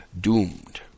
doomed